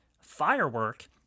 Firework